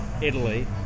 Italy